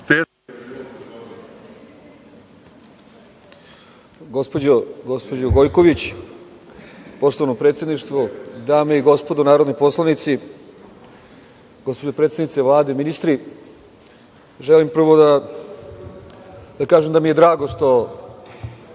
Gospođo Gojković, poštovano predsedništvo, dame i gospodo narodni poslanici, gospođo predsednice Vlade, ministri, želim prvo da kažem da mi je drago što